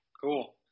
Cool